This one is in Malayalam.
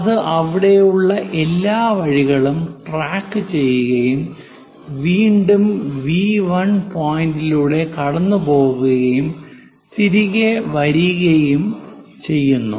അത് അവിടെയുള്ള എല്ലാ വഴികളും ട്രാക്കുചെയ്യുകയും വീണ്ടും വി 1 പോയിന്റിലൂടെ കടന്നുപോകുകയും തിരികെ വരികയും ചെയ്യുന്നു